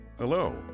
Hello